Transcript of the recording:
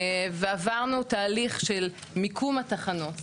ועברנו תהליך של מיקום התחנות,